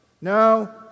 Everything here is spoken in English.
No